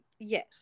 Yes